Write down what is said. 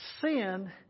Sin